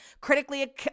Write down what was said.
critically